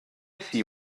see